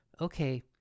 okay